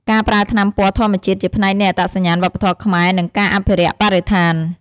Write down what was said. ការប្រើថ្នាំពណ៌ធម្មជាតិជាផ្នែកនៃអត្តសញ្ញាណវប្បធម៌ខ្មែរ និងការអភិរក្សបរិស្ថាន។